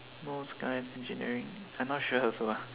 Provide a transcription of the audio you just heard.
most guys engineering I not sure also ah